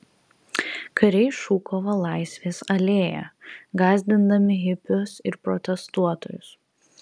kariai šukavo laisvės alėją gąsdindami hipius ir protestuotojus